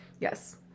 Yes